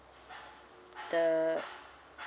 the